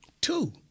Two